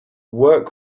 work